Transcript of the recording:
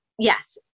Yes